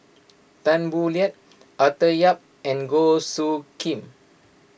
Tan Boo Liat Arthur Yap and Goh Soo Khim